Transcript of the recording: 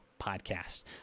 podcast